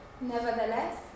Nevertheless